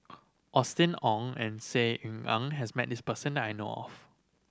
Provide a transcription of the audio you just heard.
Austen Ong and Saw Ean Ang has met this person I know of